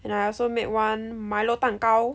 and I also make one mlo 蛋糕